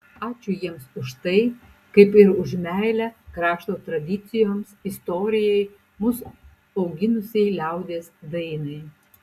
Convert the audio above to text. ačiū jiems už tai kaip ir už meilę krašto tradicijoms istorijai mus auginusiai liaudies dainai